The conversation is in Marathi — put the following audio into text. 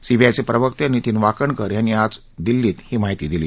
सीबीआयचे प्रवक्ते नितीन वाकणकर यांनी आज दिल्लीत ही माहिती दिली